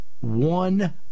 One